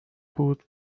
بود